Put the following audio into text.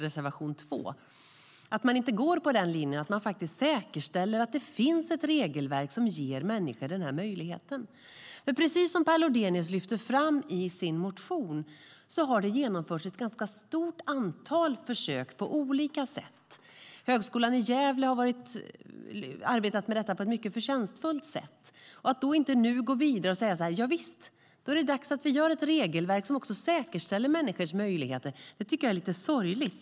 Man går alltså inte på linjen att faktiskt säkerställa att det finns ett regelverk som ger människor den här möjligheten. Precis som Per Lodenius lyfter fram i sin motion har det genomförts ett ganska stort antal försök på olika sätt. Högskolan i Gävle har arbetat med detta på ett mycket förtjänstfullt sätt. Att inte nu gå vidare och säga "Javisst! Det är dags att vi gör ett regelverk som säkerställer människors möjligheter" tycker jag är lite sorgligt.